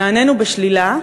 ונענינו בשלילה.